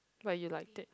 why you like that